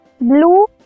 blue